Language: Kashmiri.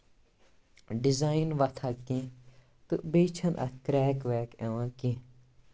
ڈِزایِن وۅتھان کیٚنٛہہ تہٕ بیٚیہِ چھَنہٕ اَتھ کرٛیک ویک یِوان کیٚنٛہہ